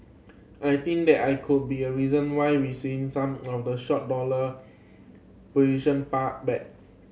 I think that I could be a reason why we seeing some of the short dollar position back